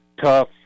tough